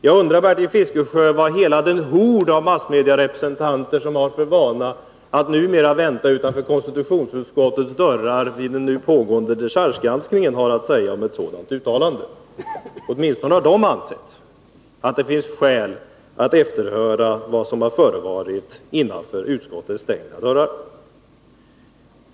Jag undrar, Bertil Fiskesjö, vad hela den hord Onsdagen den av massmediarepresentanter som har för vana att numera vänta utanför 1 april 1981 konstitutionsutskottets dörrar vid den pågående dechargegranskningen har att säga om ett sådant uttalande. Åtminstone har de ansett att det finns skäl att efterhöra vad som har förevarit innanför utskottets stängda dörrar.